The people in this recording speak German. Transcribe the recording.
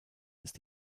ist